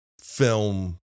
film